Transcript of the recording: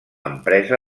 empresa